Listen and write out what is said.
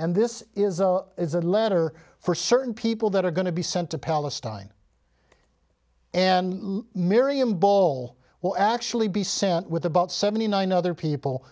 and this is a is a letter for certain people that are going to be sent to palestine and marry him ball will actually be sent with about seventy nine other people